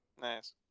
Nice